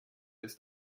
ist